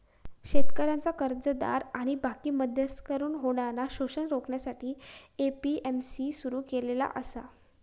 शेतकऱ्यांचा कर्जदार आणि बाकी मध्यस्थांकडसून होणारा शोषण रोखण्यासाठी ए.पी.एम.सी सुरू केलेला आसा